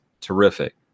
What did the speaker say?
Terrific